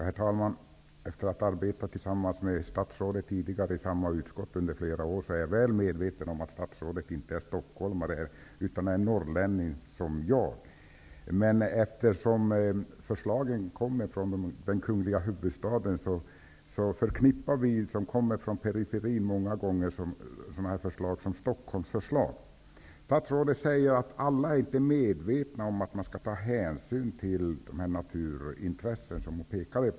Herr talman! Efter att tidigare ha arbetat tillsammans med statsrådet i samma utskott under flera år är jag väl medveten om att statsrådet inte är stockholmare, utan norrlänning som jag. Men förslag som kommer från den kungliga huvudstaden betraktar vi, som kommer från periferin, många gånger som Stockholmsförslag. Statsrådet säger att alla inte är medvetna om att man skall ta hänsyn till naturintressena.